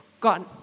gone